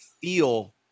feel